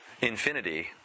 infinity